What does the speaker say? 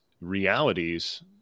realities